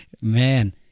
Man